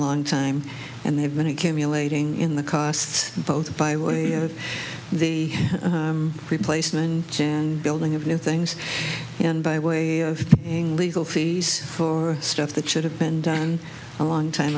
long time and they've been accumulating in the costs both by way of the replacement and building of new things and by way of being legal fees for stuff that should have been done a long time